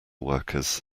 workers